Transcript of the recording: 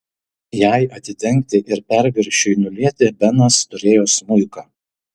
jai atidengti ir perviršiui nulieti benas turėjo smuiką